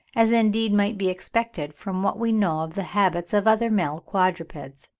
as indeed might be expected from what we know of the habits of other male quadrupeds.